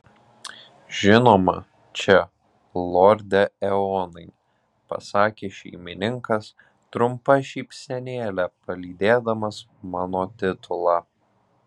žinoma čia lorde eonai pasakė šeimininkas trumpa šypsenėle palydėdamas mano titulą